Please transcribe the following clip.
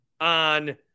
on